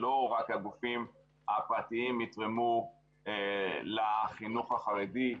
שלא רק הגופים הפרטיים יתרמו לחינוך החרדי.